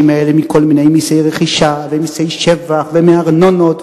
האלה מכל מיני מסי רכישה ומסי שבח ומארנונות,